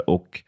Och